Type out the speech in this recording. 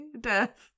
death